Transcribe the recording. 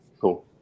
Cool